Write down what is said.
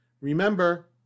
Remember